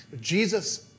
Jesus